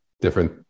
different